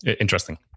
interesting